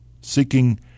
seeking